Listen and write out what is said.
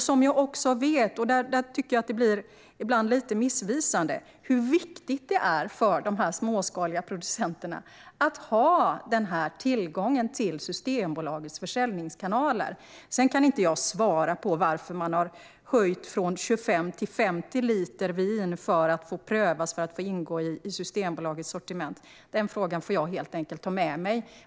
Det blir ibland lite missvisande, men det är viktigt för de småskaliga producenterna att ha tillgång till Systembolagets försäljningskanaler. Sedan kan jag inte svara på varför Systembolaget har höjt från 25 till 50 liter vin för att pröva om någon kan få ingå i Systembolagets sortiment. Den frågan får jag ta med mig.